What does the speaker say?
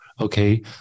okay